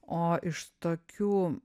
o iš tokių